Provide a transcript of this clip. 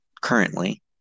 currently